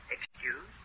Excuse